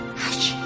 hush